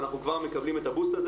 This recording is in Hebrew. ואנחנו כבר מקבלים את זה.